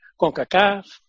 CONCACAF